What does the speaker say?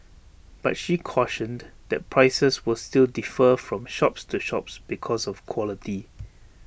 but she cautioned that prices will still defer from shops to shops because of quality